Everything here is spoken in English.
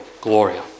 Gloria